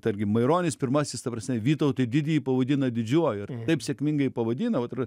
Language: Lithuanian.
tarkim maironis pirmasis ta prasme vytautą didįjį pavadina didžiuoju ir taip sėkmingai pavadina vat